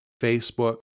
Facebook